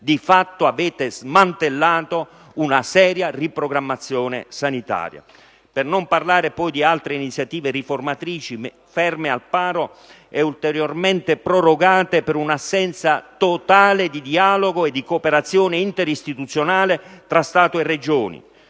di fatto avete smantellato una seria riprogrammazione sanitaria. Per non parlare di altre iniziative riformatrici ferme al palo ed ulteriormente prorogate per un'assenza totale di dialogo e di cooperazione interistituzionale tra Stato e Regioni.